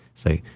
say,